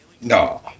No